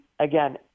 again